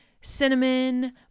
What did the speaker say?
cinnamon